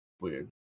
Weird